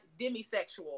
demisexual